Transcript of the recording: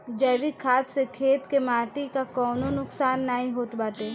जैविक खाद से खेत के माटी कअ कवनो नुकसान नाइ होत बाटे